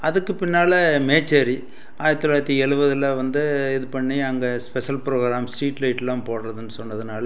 அதுக்கு பின்னால் மேச்சேரி ஆயிரத்தி தொள்ளாயிரத்தி எலுவதில் வந்து இது பண்ணி அங்கே ஸ்பெஷல் ப்ரோகிராம் ஸ்ட்ரீட் லைட்டெலாம் போடுறதுன்னு சொன்னதனால